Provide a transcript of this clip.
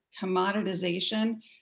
commoditization